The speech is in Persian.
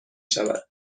شود